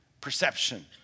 perception